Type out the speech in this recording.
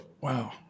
wow